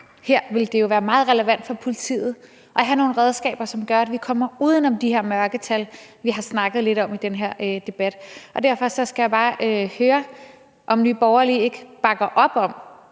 ville være meget relevant for politiet at have nogle redskaber, som gør, at vi kommer uden om de her mørketal, som vi har snakket lidt om i den her debat. Derfor skal jeg bare høre, om Nye Borgerlige ikke bakker op om,